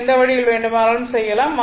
எந்த வழியில் வேண்டுமானாலும் செய்யலாம்